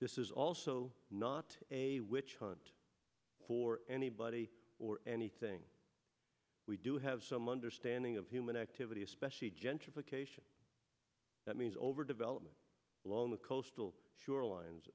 this is also not a witch hunt for anybody or anything we do have some understanding of human activity especially gentrification that means over development along the coastal shorelines